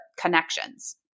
connections